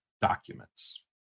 documents